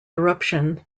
eruption